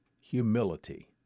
humility